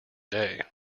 day